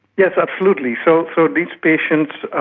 yes, absolutely. so so these patients